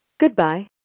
Goodbye